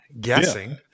guessing